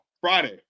Friday